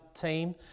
team